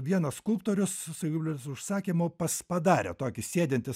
vienas skulptorius savivaldos užsakymu pas padarė tokį sėdintį